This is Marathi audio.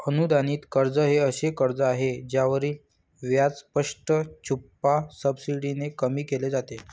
अनुदानित कर्ज हे असे कर्ज आहे ज्यावरील व्याज स्पष्ट, छुप्या सबसिडीने कमी केले जाते